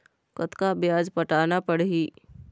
कतका ब्याज पटाना पड़ही?